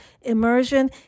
immersion